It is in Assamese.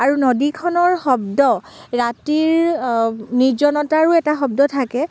আৰু নদীখনৰ শব্দ ৰাতিৰ নিৰ্জনতাৰো এটা শব্দ থাকে